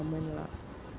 common lah